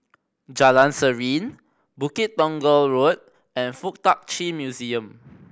Jalan Serene Bukit Tunggal Road and Fuk Tak Chi Museum